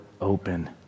open